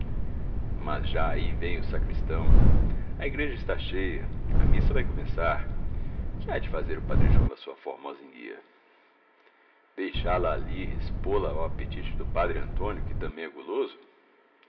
mas já aí vem o sacristão a igreja está cheia a missa vai começar que há de fazer o padre joão da sua formosa enguia deixá-la ali expô la ao apetite do padre antônio que também é guloso